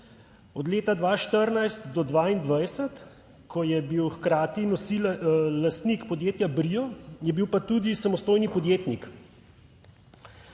Od leta 2014 do 2022, ko je bil, hkrati lastnik podjetja Brio, je bil pa tudi samostojni podjetnik.